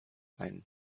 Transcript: ein